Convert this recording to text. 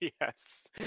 Yes